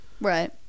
right